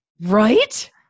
Right